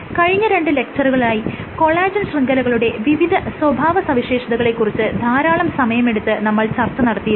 കഴിഞ്ഞ രണ്ട് ലെക്ച്ചറുകളിലായി കൊളാജെൻ ശൃംഖലകളുടെ വിവിധ സ്വഭാവ സവിശേഷതകളെ കുറിച്ച് ധാരാളം സമയമെടുത്ത് നമ്മൾ വിശദമായ ചർച്ച നടത്തിയിരുന്നു